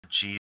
Jesus